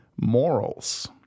morals